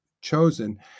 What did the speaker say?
chosen